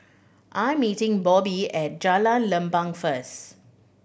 I'm meeting Bobby at Jalan Lempeng first